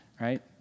right